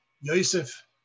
Yosef